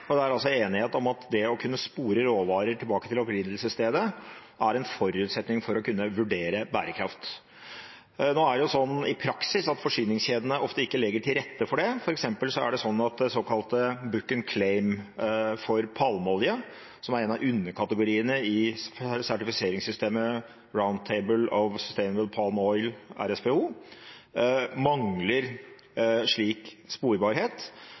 Det er altså enighet om at det å kunne spore råvarer tilbake til opprinnelsesstedet er en forutsetning for å kunne vurdere bærekraft. Nå er det sånn i praksis at forsyningskjedene ofte ikke legger til rette for det. For eksempel er det sånn at det såkalte «book and claim»-systemet for palmeolje, som er en av underkategoriene i sertifiseringssystemet Roundtable on Sustainable Palm Oil, RSPO, mangler slik sporbarhet.